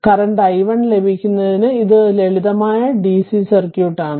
നിലവിലെ i1 ലഭിക്കുന്നതിന് ഇത് ലളിതമായ DC സർക്യൂട്ടാണ്